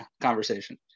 conversation